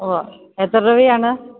ഉവ്വ് എത്ര രൂപയാണ്